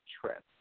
trip